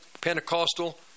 Pentecostal